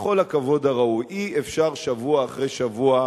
בכל הכבוד הראוי, אי-אפשר שבוע אחרי שבוע.